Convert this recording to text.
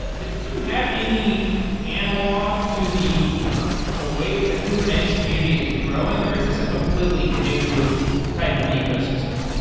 ah do you have any analog to the the way that the kubernetes community is growing or is this a completely new type of ecosystem?